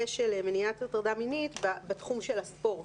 של מניעת הטרדה מינית בתחום של הספורט.